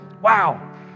Wow